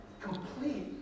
complete